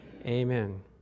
Amen